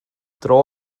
dro